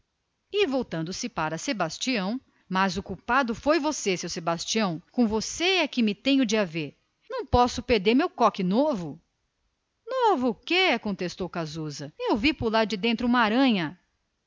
e voltando-se para sebastião mas o culpado é você seu sebastião com você e que me tenho de haver não posso perder o meu coque novo novo quê contestou casusa eu vi pular de dentro dele uma aranha